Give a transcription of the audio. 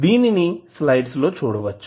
దీనిని స్లైడ్స్ లో చూడవచ్చు